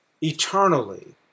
eternally